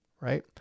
right